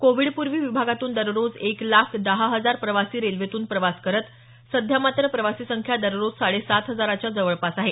कोविडपूर्वी विभागातून दररोज एक लाख दहा हजार प्रवासी रेल्वेतून प्रवास करत सध्या मात्र प्रवासी संख्या दररोज साडे सात हजाराच्या जवळपास आहे